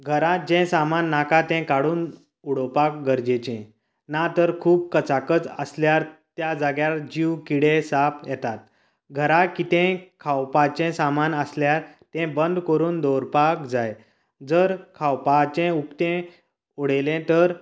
घरांत जे सामान नाका तें काडून उडोवपाक गरजेचे ना तर खूब कचाकच आसल्यार त्या जाग्यार जीव किडें साप येतात घरां कितेंय खावपाचें सामान आसल्यार तें बंद करून दवरपाक जाय जर खावपाचे उकतें उडयलें तर